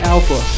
Alpha